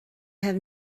have